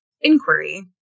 inquiry